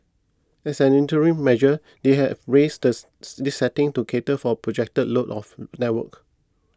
as an interim measure they have raised the this setting to cater for projected load of network